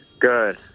Good